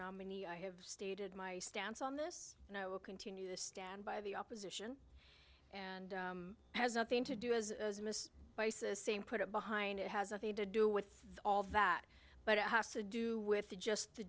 nominee i have stated my stance on this and i will continue to stand by the opposition and has nothing to do bice's same put it behind it has nothing to do with all that but it has to do with the just the